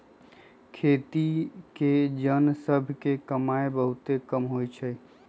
खेती के जन सभ के कमाइ बहुते कम होइ छइ